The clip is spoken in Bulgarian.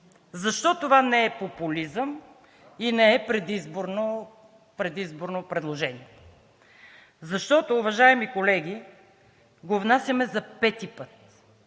Защо това не е популизъм и не е предизборно предложение? Защото, уважаеми колеги, го внасяме за пети път.